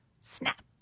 snap